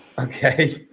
Okay